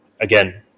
again